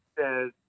says